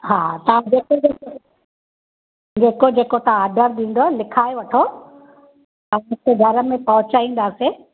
हा तव्हां जेको जेको जेको जेको तव्हां ऑर्डर ॾींदव लिखाए वठो असां पोइ घर में पहुचाईंदासीं